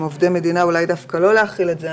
עובדי מדינה אולי דווקא לא להחיל את זה.